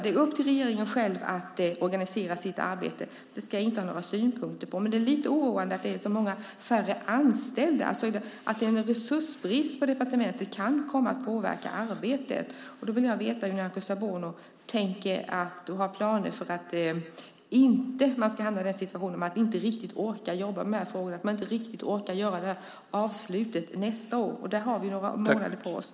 Det är upp till regeringen att organisera sitt arbete. Det ska jag inte ha några synpunkter på. Men det är lite oroande att det är färre anställda, det vill säga att en resursbrist på departementet kan komma att påverka arbetet. Vilka planer har Nyamko Sabuni för att inte hamna i situationen att man inte riktigt orkar jobba med frågorna och inte orkar göra ett avslut nästa år? Vi har några månader på oss.